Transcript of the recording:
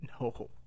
No